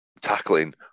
tackling